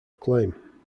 acclaim